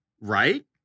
Right